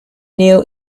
knew